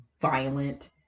violent